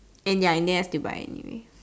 and ya in the end I still buy anyway